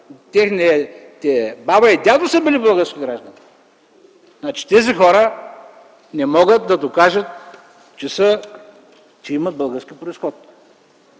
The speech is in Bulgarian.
Техните баба и дядо са били български граждани. Следователно тези хора не могат да докажат, че имат български произход.